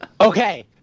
Okay